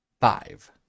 five